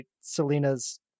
Selena's